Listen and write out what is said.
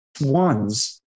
ones